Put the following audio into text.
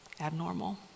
abnormal